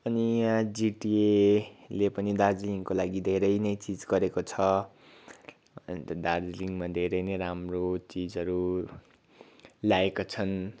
अनि यहाँ जिटिएले पनि दार्जिलिङको लागि धेरै नै चिज गरेको छ अन्त दार्जिलिङमा धेरै नै राम्रो चिजहरू ल्याएका छन्